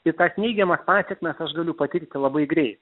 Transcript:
tai tas neigiamas pasekmes aš galiu patirti labai greit